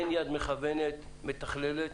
אין יד מכוונת, מתכללת